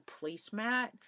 placemat